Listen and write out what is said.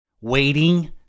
waiting